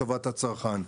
קטנים,